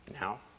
now